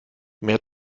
mehr